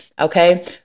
Okay